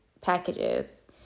packages